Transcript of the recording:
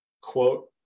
quote